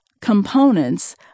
components